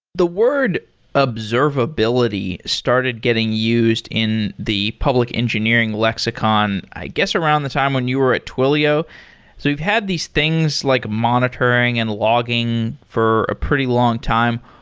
the word observability started getting used in the public engineering lexicon i guess around the time when you were at twilio. so we've had these things, like monitoring, and logging for a pretty long time.